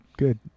good